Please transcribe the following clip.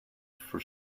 for